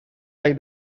like